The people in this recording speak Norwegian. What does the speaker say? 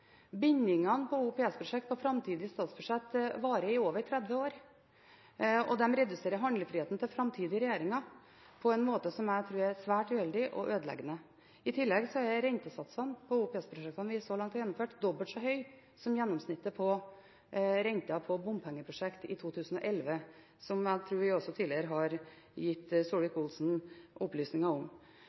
Bindingene på OPS-prosjekter på framtidige statsbudsjetter varer i over 30 år og reduserer handlefriheten til framtidige regjeringer på en måte som jeg tror er svært uheldig og ødeleggende. I tillegg er rentesatsene på OPS-prosjektene vi så langt har gjennomført, dobbelt så høye som gjennomsnittet på renten på bompengeprosjekter i 2011, som jeg tror vi også tidligere har gitt Solvik-Olsen opplysninger om.